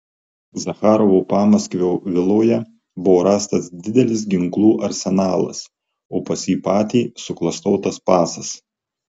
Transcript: zacharovo pamaskvio viloje buvo rastas didelis ginklų arsenalas o pas jį patį suklastotas pasas